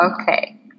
Okay